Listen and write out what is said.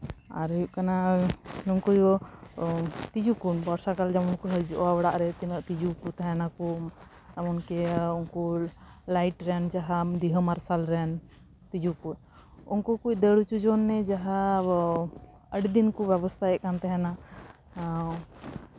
ᱟᱨ ᱦᱩᱭᱩᱜ ᱠᱟᱱᱟ ᱩᱱᱠᱩ ᱛᱤᱸᱡᱩ ᱠᱚ ᱵᱚᱨᱥᱟ ᱠᱟᱞ ᱡᱟᱦᱟᱸᱭ ᱠᱚ ᱦᱤᱡᱩᱜᱼᱟ ᱚᱲᱟᱜ ᱨᱮ ᱛᱤᱱᱟᱹᱜ ᱛᱤᱸᱡᱩ ᱠᱚ ᱛᱟᱦᱮᱱᱟᱠᱚ ᱮᱢᱚᱱ ᱠᱤ ᱩᱱᱠᱩ ᱞᱟᱭᱤᱴ ᱨᱮᱱ ᱡᱟᱦᱟᱸ ᱫᱮᱣᱦᱟᱹ ᱢᱟᱨᱥᱟᱞ ᱨᱮᱱ ᱛᱤᱸᱡᱩ ᱠᱚ ᱩᱱᱠᱩ ᱠᱚ ᱫᱟᱹᱲ ᱦᱚᱪᱚ ᱡᱚᱱᱱᱮ ᱡᱟᱦᱟᱸ ᱟᱹᱰᱤ ᱫᱤᱱ ᱠᱚ ᱵᱮᱵᱚᱥᱛᱟᱭᱮᱜ ᱛᱟᱦᱮᱱᱟ